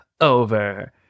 over